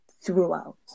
throughout